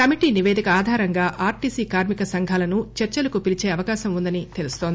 committee నిపేదక ఆధారంగా RTC కార్మిక సంఘాలను చర్చలకు పిలీచే అవకాశం ఉందని తెలుస్తోంది